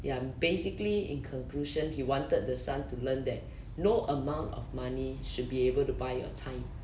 ya basically in conclusion he wanted the son to learn that no amount of money should be able to buy your time